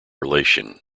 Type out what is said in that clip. relation